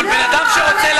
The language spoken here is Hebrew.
אבל בן-אדם שרוצה,